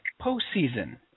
postseason